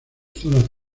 zonas